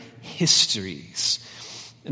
histories